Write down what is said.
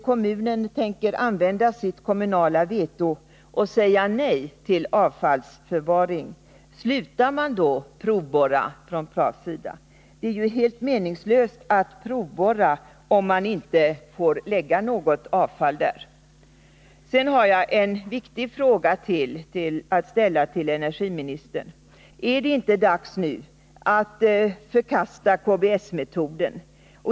slutar då Prav att provborra? Det är helt meningslöst att provborra om man Nr 70 inte får lägga något avfall där. Sd Tisdagen den Jag har ytterligare en viktig fråga att ställa till energiministern: Är det inte 3 februari 1981 dags nu att förkasta KBS-metoden?